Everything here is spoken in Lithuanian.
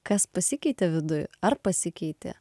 kas pasikeitė viduj ar pasikeitė